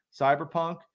Cyberpunk